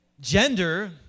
Gender